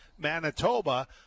manitoba